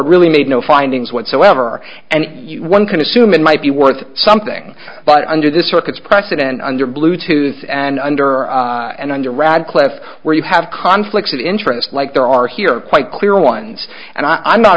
rt really made no findings whatsoever and one can assume it might be worth something but under this circuit's precedent under bluetooth and under and under radcliffe where you have conflicts of interest like there are here quite clear ones and i'm not